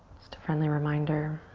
just a friendly reminder.